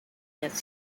this